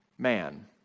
Man